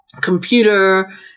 computer